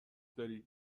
داری